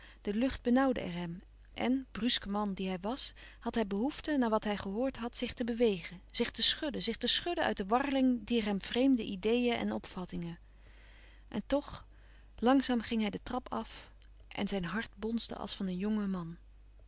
de lucht benauwde er hem en bruske man die hij was had hij behoefte na wat hij gehoord had zich te bewegen zich te schudden zich te schudden uit de warreling dier hem louis couperus van oude menschen de dingen die voorbij gaan vreemde ideeën en opvattingen en toch làngzaam ging hij de trap af en zijn hart bonsde als van een jongen man